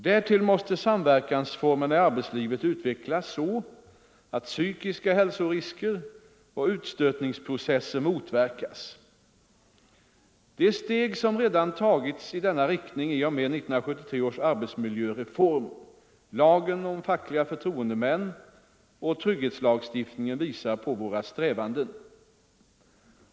Därtill måste samverkansformerna i arbetslivet utvecklas så, att psykiska hälsorisker och utstötningsprocesser motverkas. De steg som redan tagits i denna riktning i och med 1973 års arbetsmiljöreform, lagen om fackliga förtroendemän och trygghetslagstiftningen visar på våra strävanden.